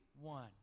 one